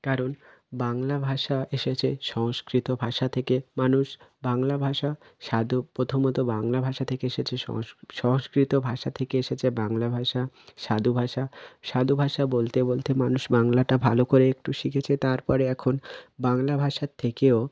কারণ বাংলা ভাষা এসেছে সংস্কৃত ভাষা থেকে মানুষ বাংলা ভাষা সাধু প্রথমত বাংলা ভাষা থেকে এসেছে সংস্কৃত ভাষা থেকে এসেছে বাংলা ভাষা সাধু ভাষা সাধু ভাষা বলতে বলতে মানুষ বাংলাটা ভালো করে একটু শিখেছে তার পরে এখন বাংলা ভাষার থেকেও